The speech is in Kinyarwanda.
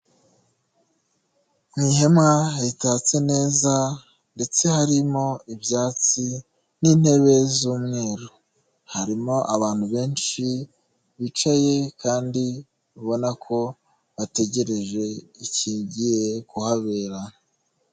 Mu ihema ritatse neza ndetse harimo ibyatsi n'intebe z'umweru, harimo abantu benshi bicaye kandi ubona ko bategereje ikigiye kuhabera.